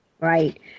right